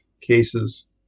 cases